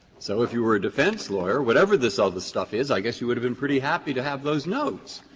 so if you were a defense lawyer, whatever this other stuff is, i guess you would have been pretty happy to have those notes,